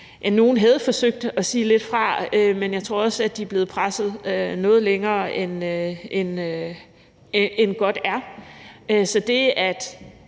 havde forsøgt at sige lidt fra, men jeg tror også, at de er blevet presset noget længere, end godt er.